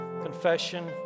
confession